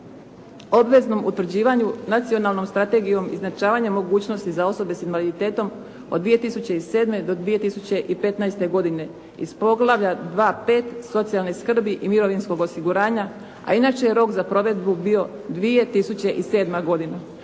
obveznom utvrđivanju nacionalnom strategijom izjednačavanje za osobe s invaliditetom od 2007. do 2015. godine iz Poglavlja 25 – socijalne skrbi i mirovinskog osiguranja a inače je rok za provedbu bio 2007. godina.